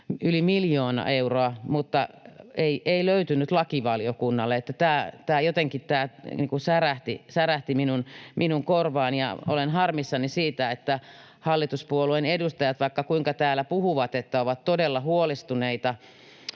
yli miljoona euroa, mutta ei löytynyt lakivaliokunnalle. Tämä jotenkin särähti minun korvaani, ja olen harmissani siitä, että vaikka hallituspuolueiden edustajat kuinka täällä puhuvat, että ovat todella huolestuneita